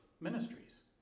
ministries